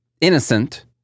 Innocent